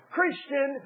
Christian